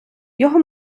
його